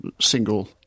single